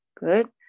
Good